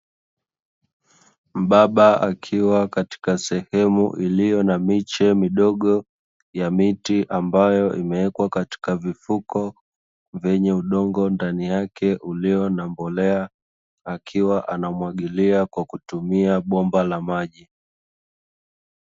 Mbaba akiwa katika sehemu iiyo na miche midogo ya miti, ambayo imewekwa katika vifuko vyenye udongo ndani yake ulio na mbolea, akiwa anamwagilia kwa kutumia bomba la maji.